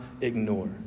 ignore